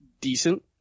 decent